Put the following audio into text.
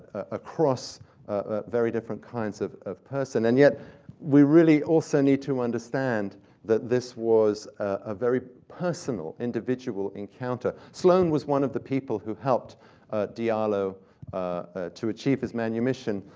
across ah very different kinds of of person. and yet we really also need to understand that this was a very personal individual encounter. sloane was one of the people who helped diallo to achieve his manumission,